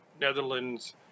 Netherlands